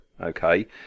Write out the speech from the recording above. okay